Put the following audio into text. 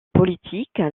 politique